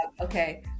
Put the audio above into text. okay